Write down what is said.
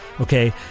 okay